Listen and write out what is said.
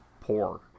poor